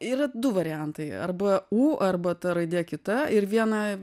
yra du variantai arba u arba ta raidė kita ir viena